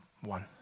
one